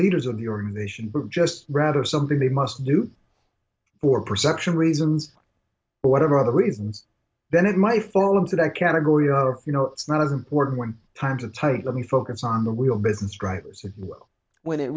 leaders of the organization but just rather something they must do or perception reasons or whatever other reasons then it might fall into that category of you know it's not as important when times are tight let me focus on the wheel business drivers when it